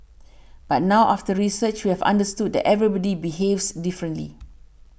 but now after research we have understood that everybody behaves differently